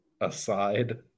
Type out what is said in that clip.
aside